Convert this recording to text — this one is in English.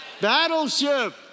battleship